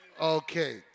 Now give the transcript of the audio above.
Okay